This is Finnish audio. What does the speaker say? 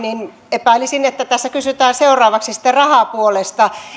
epäilisin että tässä kysytään seuraavaksi sitten rahapuolesta